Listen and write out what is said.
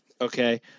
okay